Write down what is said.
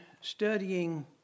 studying